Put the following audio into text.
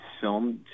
film